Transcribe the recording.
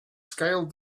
scaled